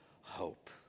hope